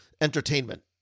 entertainment